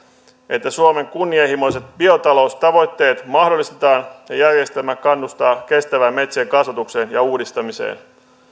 että suomen kunnianhimoiset biotaloustavoitteet mahdollistetaan ja järjestelmä kannustaa kestävään metsien kasvatukseen ja uudistamiseen